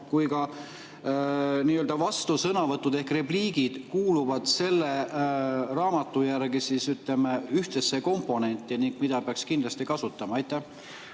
kui ka vastusõnavõtud ehk repliigid kuuluvad selle raamatu järgi, ütleme, ühtsesse komponenti, mida peaks kindlasti kasutama. Aitäh!